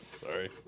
Sorry